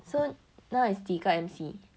so now is 几个 M_C